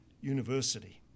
university